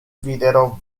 videro